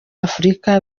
afurika